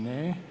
Ne.